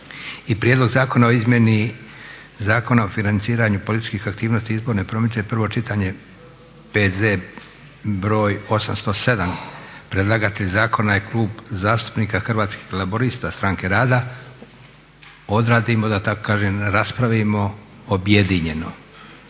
Prijedlog zakona o izmjeni Zakona o financiranju političkih aktivnosti i izborne promidžbe, prvo čitanje, P.Z. br. 807. - Predlagatelj Klub zastupnika Hrvatskih laburista – Stranke rada odradimo da tako kažem, raspravimo objedinjeno.